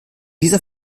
dieser